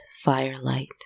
firelight